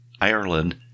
Ireland